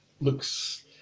looks